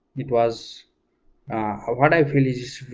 it was what i feel is